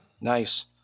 Nice